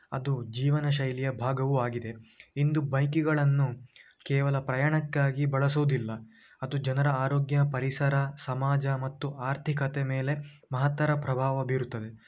ಅದು ಜೀವನ ಶೈಲಿಯ ಭಾಗವು ಆಗಿದೆ ಇಂದು ಬೈಕುಗಳನ್ನು ಕೇವಲ ಪ್ರಯಾಣಕ್ಕಾಗಿ ಬಳಸುವುದಿಲ್ಲ ಅದು ಜನರ ಆರೋಗ್ಯ ಪರಿಸರ ಸಮಾಜ ಮತ್ತು ಆರ್ಥಿಕತೆ ಮೇಲೆ ಮಹತ್ತರ ಫ್ರಭಾವ ಬೀರುತ್ತದೆ